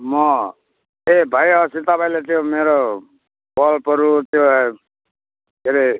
म ए भाइ अस्ति तपाईँले त्यो मेरो बल्बहरू त्यो के अरे